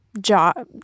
job